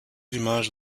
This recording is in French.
l’image